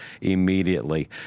immediately